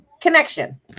Connection